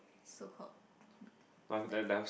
so called